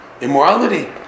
immorality